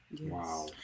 Wow